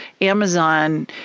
Amazon